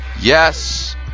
Yes